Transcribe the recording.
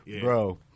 Bro